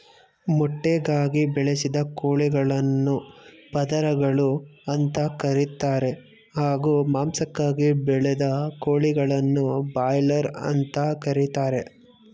ಮೊಟ್ಟೆಗಾಗಿ ಬೆಳೆಸಿದ ಕೋಳಿಗಳನ್ನು ಪದರಗಳು ಅಂತ ಕರೀತಾರೆ ಹಾಗೂ ಮಾಂಸಕ್ಕಾಗಿ ಬೆಳೆದ ಕೋಳಿಗಳನ್ನು ಬ್ರಾಯ್ಲರ್ ಅಂತ ಕರೀತಾರೆ